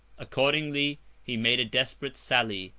accordingly he made a desperate sally,